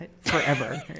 forever